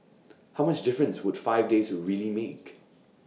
how much difference would five days really make